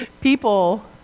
people